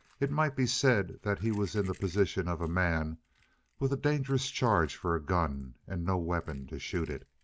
it might be said that he was in the position of a man with a dangerous charge for a gun and no weapon to shoot it.